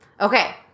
Okay